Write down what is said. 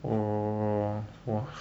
oh oh